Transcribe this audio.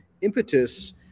impetus